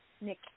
Nick